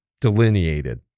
delineated